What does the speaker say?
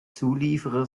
zulieferer